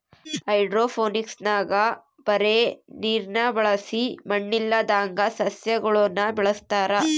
ಹೈಡ್ರೋಫೋನಿಕ್ಸ್ನಾಗ ಬರೇ ನೀರ್ನ ಬಳಸಿ ಮಣ್ಣಿಲ್ಲದಂಗ ಸಸ್ಯಗುಳನ ಬೆಳೆಸತಾರ